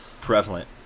prevalent